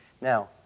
Now